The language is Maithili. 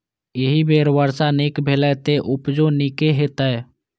एहि बेर वर्षा नीक भेलैए, तें उपजो नीके हेतै